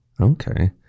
Okay